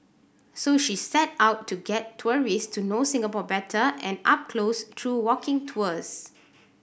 so she set out to get tourist to know Singapore better and up close through walking tours